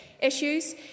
issues